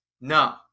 No